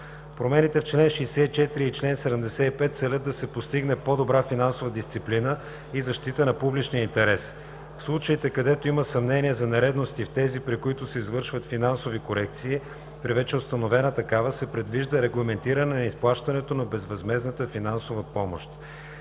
Промените в чл. 64 и чл. 75 целят да се постигне по-добра финансова дисциплина и защита на публичния принос. В случаите, където има съмнения за нередност, и в тези, при които се извършва финансова корекция при вече установена такава, се предвижда регламентиране на изплащането на безвъзмездната финансова помощ